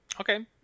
Okay